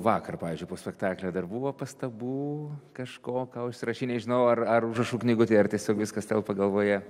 vakar pavyzdžiui po spektaklio dar buvo pastabų kažko ką užsirašei nežinau ar ar užrašų knygutėje ar tiesiog viskas telpa galvoje